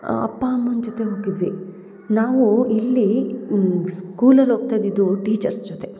ಅಪ್ಪ ಅಮ್ಮನ ಜೊತೆ ಹೋಗಿದ್ವಿ ನಾವು ಇಲ್ಲಿ ಸ್ಕೂಲಲ್ಲಿ ಹೋಗ್ತಾ ಇದಿದ್ದು ಟೀಚರ್ಸ್ ಜೊತೆ